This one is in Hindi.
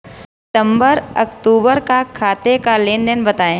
सितंबर अक्तूबर का खाते का लेनदेन बताएं